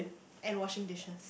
and washing dishes